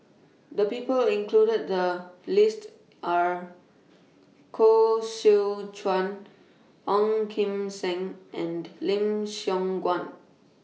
The People included The list Are Koh Seow Chuan Ong Kim Seng and Lim Siong Guan